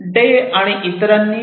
day आणि इतरांनी Dey et al